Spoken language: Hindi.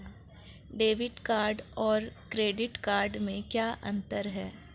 डेबिट कार्ड और क्रेडिट कार्ड में क्या अंतर है?